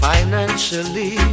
Financially